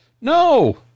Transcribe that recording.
no